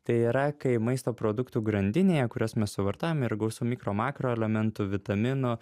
tai yra kai maisto produktų grandinėje kuriuos mes suvartojam yra gausu mikro makro elementų vitaminų